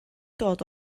dod